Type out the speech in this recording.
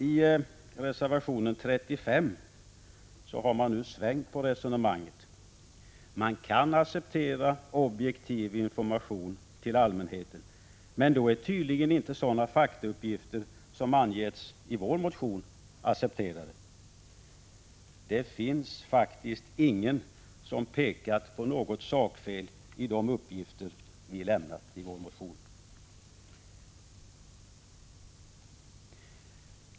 I reservation 35 har man nu svängt på resonemanget. Man kan acceptera objektiv information till allmänheten, men då är tydligen inte sådana faktauppgifter som angetts i vår motion accepterade. Det finns faktiskt ingen som pekat på något sakfel i de uppgifter vi lämnat i vår motion.